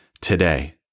today